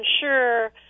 sure